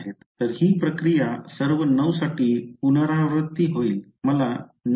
तर ही प्रक्रिया सर्व 9 साठी पुनरावृत्ती होईल